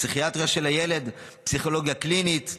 בפסיכיאטריה של הילד ופסיכולוגיה קלינית,